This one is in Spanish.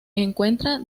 encuentra